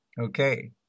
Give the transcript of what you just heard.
Okay